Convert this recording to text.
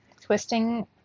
twisting